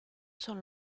son